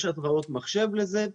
יש התראות מחשב לזה.